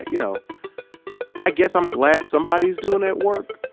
you know i guess i'm glad somebody is doing that work.